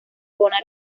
zona